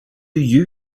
you